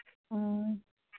ꯎꯝ